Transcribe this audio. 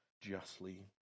justly